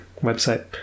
website